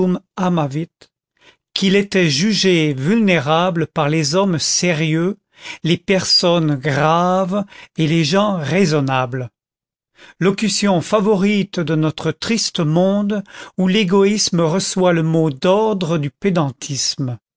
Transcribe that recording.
qu'il était jugé vulnérable par les hommes sérieux les personnes graves et les gens raisonnables locutions favorites de notre triste monde où l'égoïsme reçoit le mot d'ordre du